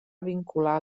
vincular